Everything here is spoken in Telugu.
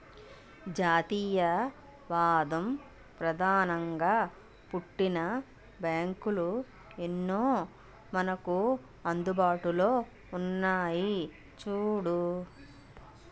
జాతీయవాదం ప్రధానంగా పుట్టిన బ్యాంకులు ఎన్నో మనకు అందుబాటులో ఉన్నాయి చూడు